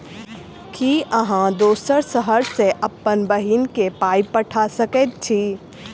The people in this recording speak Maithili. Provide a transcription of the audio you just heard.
की अहाँ दोसर शहर सँ अप्पन बहिन केँ पाई पठा सकैत छी?